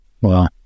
Wow